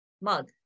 mug